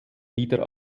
wieder